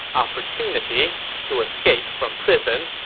opportunity to escape from prison,